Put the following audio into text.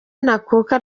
ntakuka